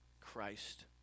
Christ